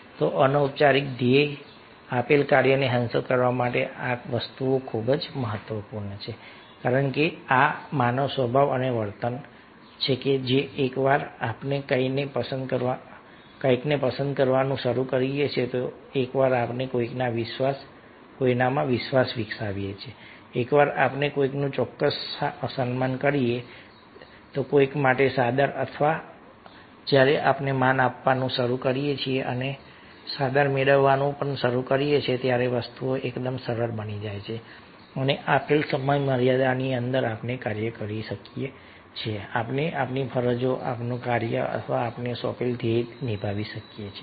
તો ઔપચારિક ધ્યેય નિર્ધારિત ધ્યેય આપેલ કાર્યને હાંસલ કરવા માટે આ વસ્તુઓ ખૂબ જ મહત્વપૂર્ણ છે કારણ કે આ માનવ સ્વભાવ અને વર્તન છે કે એકવાર આપણે કોઈને પસંદ કરવાનું શરૂ કરીએ છીએ એકવાર આપણે કોઈકમાં વિશ્વાસ વિકસાવીએ છીએ એકવાર આપણે કોઈકનું ચોક્કસ સન્માન કરીએ છીએ કોઈક માટે સાદર અને જ્યારે આપણે માન આપવાનું શરૂ કરીએ છીએ અને સાદર પણ મેળવવાનું શરૂ કરીએ છીએ ત્યારે વસ્તુઓ એકદમ સરળ બની જાય છે અને આપેલ સમયમર્યાદાની અંદર આપણે કાર્ય કરી શકીએ છીએ આપણે આપણી ફરજો આપણું કાર્ય અથવા આપણને સોંપેલ ધ્યેય નિભાવી શકીએ છીએ